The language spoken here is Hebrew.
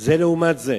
זה לעומת זה.